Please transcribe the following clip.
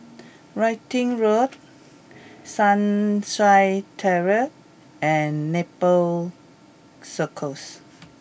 Wittering Road Sunshine Terrace and Nepal Circus